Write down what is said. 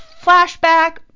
flashback